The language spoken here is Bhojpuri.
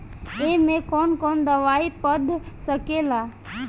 ए में कौन कौन दवाई पढ़ सके ला?